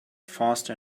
faster